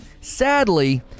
sadly